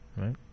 Right